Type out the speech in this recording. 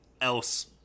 else